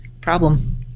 problem